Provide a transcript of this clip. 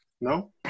no